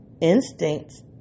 Instincts